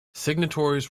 signatories